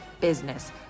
business